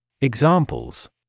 Examples